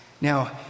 Now